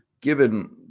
given